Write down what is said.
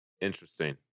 Interesting